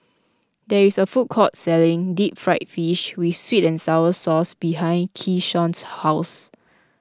there is a food court selling Deep Fried Fish with Sweet and Sour Sauce behind Keshawn's house